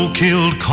killed